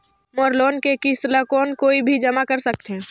मोर loan के किस्त ल कौन कोई भी जमा कर सकथे?